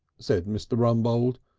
said mr. rumbold.